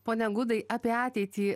pone gudai apie ateitį